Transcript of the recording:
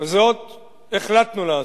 וזאת החלטנו לעשות.